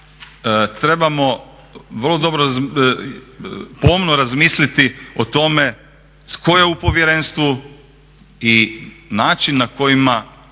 trebamo vrlo dobro, pomno razmisliti o tome tko je u povjerenstvu i način na kojima